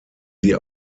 sie